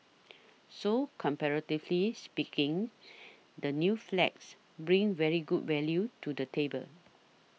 so comparatively speaking the new flats bring very good value to the table